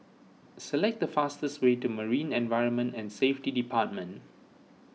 select the fastest way to Marine Environment and Safety Department